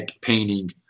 Painting